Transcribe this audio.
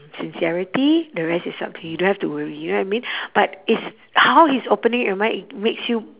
sincerity the rest is up to you you don't have to worry you know what I mean but it's how he's opening your mind it makes you